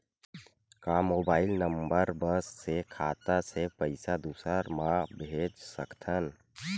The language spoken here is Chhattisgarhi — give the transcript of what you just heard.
का मोबाइल नंबर बस से खाता से पईसा दूसरा मा भेज सकथन?